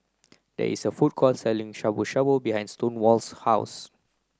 there is a food court selling Shabu Shabu behind Stonewall's house